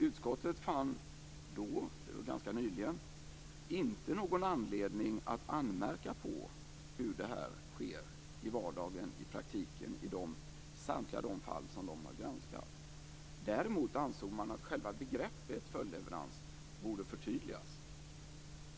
Utskottet fann då - och det är ganska nyligen - inte någon anledning att anmärka på hur detta sker i vardagen, i praktiken i samtliga fall som har granskats. Däremot ansåg man att själva begreppet följdleverans borde förtydligas.